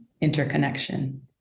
interconnection